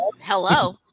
Hello